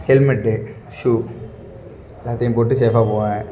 helmet shoe எல்லாத்தையும் போட்டு சேஃபாக போவேன்